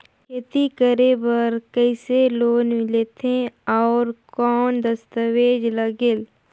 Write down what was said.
खेती करे बर कइसे लोन लेथे और कौन दस्तावेज लगेल?